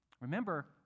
Remember